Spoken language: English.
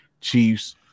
Chiefs